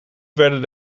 werden